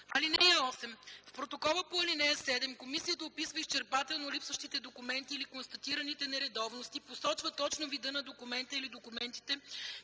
№ 1. (8) В протокола по ал. 7 комисията описва изчерпателно липсващите документи или констатираните нередовности, посочва точно вида на документа или документите,